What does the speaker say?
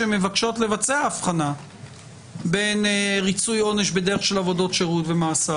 שמבקשות לבצע הבחנה בין ריצוי עונש בדרך של עבודות שירות ומאסר.